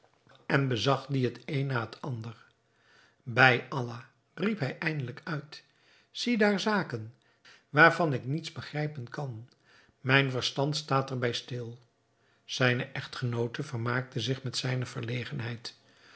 en bezag die het een na het ander bij allah riep hij eindelijk uit ziedaar zaken waarvan ik niets begrijpen kan mijn verstand staat er bij stil zijne echtgenoot vermaakte zich met zijne verlegenheid